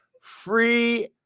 free